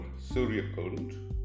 Suryakund